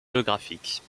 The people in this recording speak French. géographiques